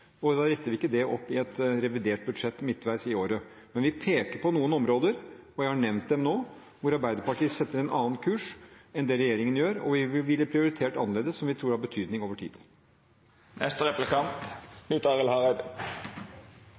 Da retter vi ikke det opp i et revidert budsjett midtveis i året, men vi peker på noen områder, og jeg har nevnt dem nå, hvor Arbeiderpartiet setter en annen kurs enn det regjeringen gjør – vi ville prioritert annerledes – som vi tror har betydning over tid.